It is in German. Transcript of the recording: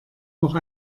noch